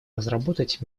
разработать